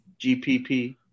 GPP